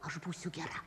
aš būsiu gera